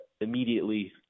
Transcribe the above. immediately